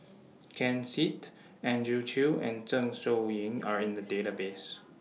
Ken Seet Andrew Chew and Zeng Shouyin Are in The Database